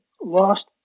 lost